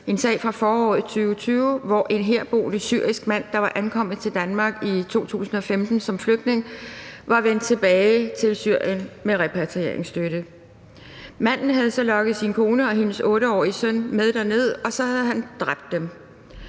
en sag fra foråret 2020, hvor en herboende syrisk mand, der var ankommet til Danmark i 2015 som flygtning, var vendt tilbage til Syrien med repatrieringsstøtte. Manden havde så lokket sin kone og deres 8-årige søn med derned, og så havde han dræbt dem.